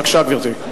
בבקשה, גברתי.